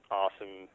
awesome